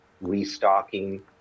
restocking